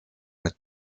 mit